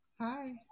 hi